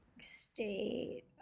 State